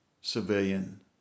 civilian